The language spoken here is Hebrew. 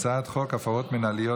הצעת חוק הפרות מינהליות,